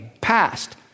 passed